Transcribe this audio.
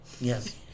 Yes